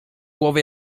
głowy